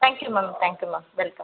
thank you ma'am thank you ma'am welcome